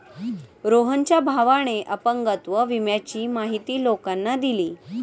रोहनच्या भावाने अपंगत्व विम्याची माहिती लोकांना दिली